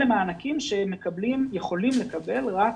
אלה מענקים שיכולים לקבל רק